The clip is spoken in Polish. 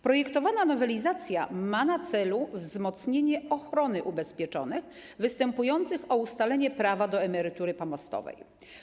Projektowana nowelizacja ma na celu wzmocnienie ochrony ubezpieczonych występujących o ustalenie prawa do emerytury pomostowej.